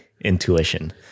intuition